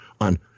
on